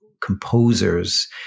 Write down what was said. composers